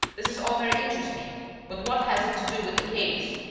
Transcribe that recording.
this is all very interesting but what has it to do with the case?